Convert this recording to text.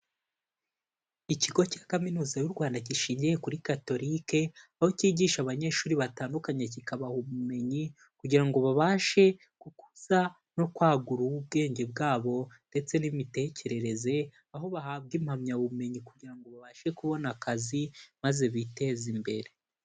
Ikigo cya Kaminuza y'u Rwanda gishingiye kuri Catorike, aho cyigisha abanyeshuri batandukanye kikabaha ubumenyi kugira ngo babashe gukuza no kwagura ubwenge bwabo ndetse n'imitekerereze, aho bahabwa impamyabumenyi kugira ngo babashe kubona akazi maze biteze imbere.